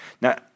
Now